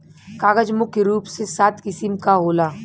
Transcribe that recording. कागज मुख्य रूप से सात किसिम क होला